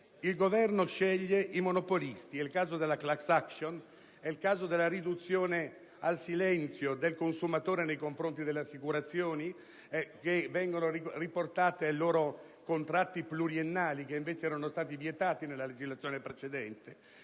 il Governo ha scelto i monopolisti: è il caso della *class action*, è il caso della riduzione al silenzio del consumatore nei confronti delle assicurazioni, che vengono riportate ai loro contratti pluriennali, che invece erano stati vietati nella legislazione precedente.